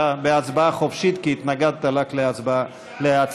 112, אפס מתנגדים, נמנע אחד.